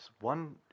One